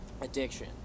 addiction